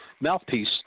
mouthpiece